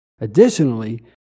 Additionally